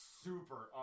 super